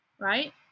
right